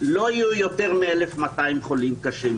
לא יהיו יותר מ-1,200 חולים קשה.